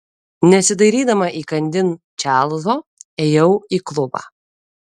nesidairydama įkandin čarlzo ėjau į klubą